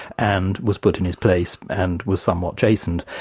and was put in his place and was somewhat chastened.